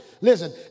Listen